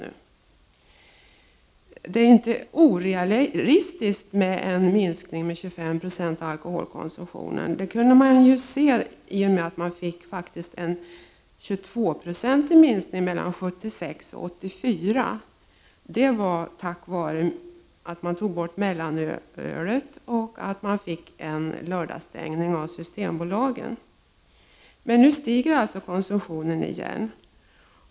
Att målet att minska alkoholkonsumtionen med 25 96 inte är orealistiskt framgår av att vi fick en 22-procentig minskning mellan åren 1976 och 1984. Detta kunde ske mycket tack vare att mellanölet togs bort och att man fattade beslut om lördagsstängning av systembolagen. Men nu ökar konsumtionen igen.